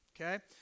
Okay